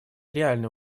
реальной